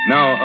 Now